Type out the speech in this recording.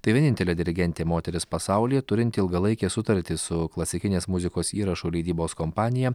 tai vienintelė dirigentė moteris pasaulyje turinti ilgalaikę sutartį su klasikinės muzikos įrašų leidybos kompanija